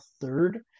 third